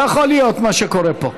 לא יכול להיות, מה שקורה פה.